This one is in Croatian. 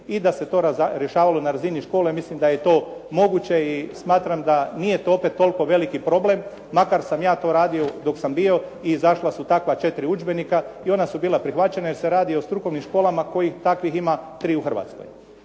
i da se to rješavalo na razini škole i mislim da je to moguće i smatram da nije to opet toliko veliki problem makar sam ja to radio dok sam bio i izašla su takva četiri udžbenika. I ona su bila prihvaćena jer se radi o strukovnim školama kojih takvih ima tri u Hrvatskoj.